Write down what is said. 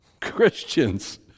Christians